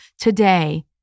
today